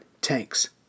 tanks